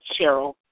Cheryl